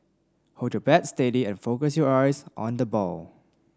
hold your bat steady and focus your eyes on the ball